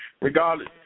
Regardless